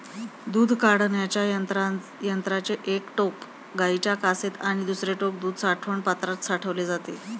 दूध काढण्याच्या यंत्राचे एक टोक गाईच्या कासेत आणि दुसरे टोक दूध साठवण पात्रात ठेवले जाते